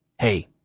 Hey